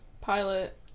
pilot